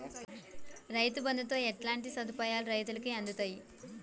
రైతు బంధుతో ఎట్లాంటి సదుపాయాలు రైతులకి అందుతయి?